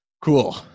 Cool